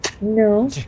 No